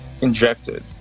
injected